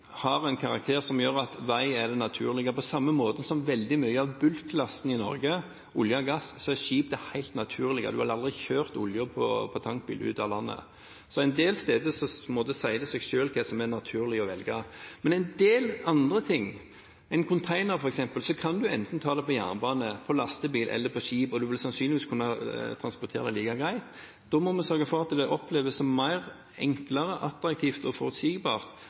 har en karakter som gjør at vei er det naturlige, på samme måte som at for veldig mye av bulklasten i Norge, olje og gass, er skip det helt naturlige. En ville aldri ha kjørt olje på tankbil ut av landet. Så en del steder sier det seg selv hva som er naturlig å velge. Men når det gjelder en del andre ting, f.eks. en container, kan en enten ta det på jernbane, på lastebil eller på skip, og en vil sannsynligvis kunne transportere det like greit. Da må vi sørge for at det oppleves som enklere, mer attraktivt og forutsigbart